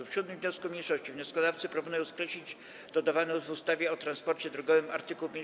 W 7. wniosku mniejszości wnioskodawcy proponują skreślić dodawany w ustawie o transporcie drogowym art. 55b.